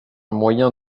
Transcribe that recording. moyen